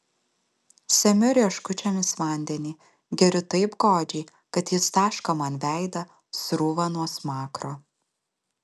semiu rieškučiomis vandenį geriu taip godžiai kad jis taško man veidą srūva nuo smakro